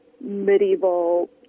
medieval